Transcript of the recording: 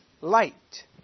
light